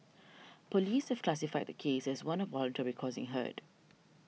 police have classified the case as one of voluntarily causing hurt